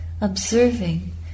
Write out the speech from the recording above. observing